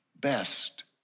best